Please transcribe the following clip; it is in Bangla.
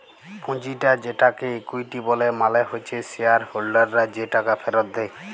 পুঁজিটা যেটাকে ইকুইটি ব্যলে মালে হচ্যে শেয়ার হোল্ডাররা যে টাকা ফেরত দেয়